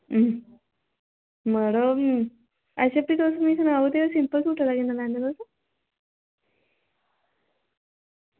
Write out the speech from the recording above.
मड़ो अच्छा मिगी सनाओ तुस सिंपल सूट दी किन्नी लैन्ने ओ